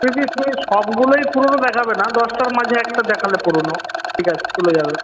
বলছি তুমি সবগুলোই পুরোনো দেখাবে না দশটার মাঝে একটা দেখালে পুরোনো ঠিক আছে চলে যাবে